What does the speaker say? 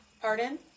Pardon